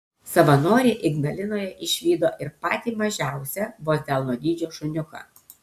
savanoriai ignalinoje išvydo ir patį mažiausią vos delno dydžio šuniuką